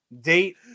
date